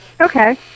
Okay